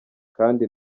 kandi